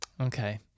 Okay